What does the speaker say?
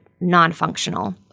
non-functional